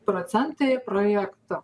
procentai projekto